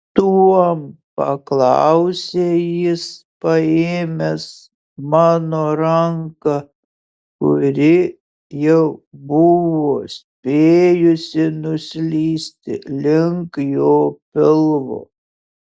tuom paklausė jis paėmęs mano ranką kuri jau buvo spėjusi nuslysti link jo pilvo